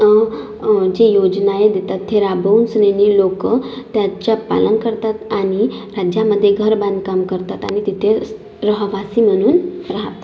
जे योजनाए देतात ते राबवूनशनानी लोकं त्याचा पालन करतात आणि त्यांच्यामध्ये घर बांधकाम करतात आणि तिथे रहिवासी म्हणून राहतात